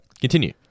continue